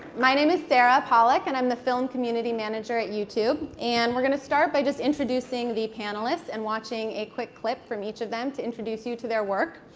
my name is sarah pollack and i'm the film community manager at youtube. and we're going to start by just introducing the panelists and watching a quick clip from each of them to introduce you to their work.